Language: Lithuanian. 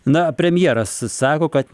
na premjeras sako kad